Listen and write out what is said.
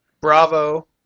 Bravo